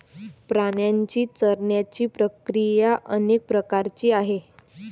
प्राण्यांची चरण्याची प्रक्रिया अनेक प्रकारची आहे